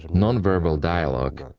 non-verbal dialogue,